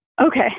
Okay